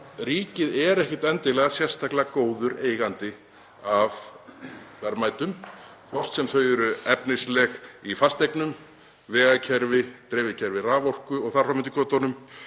ríkið er ekkert endilega sérstaklega góður eigandi að verðmætum, hvort sem þau eru efnisleg í fasteignum, vegakerfi, dreifikerfi raforku og þar fram eftir götunum.